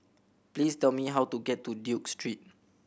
please tell me how to get to Duke Street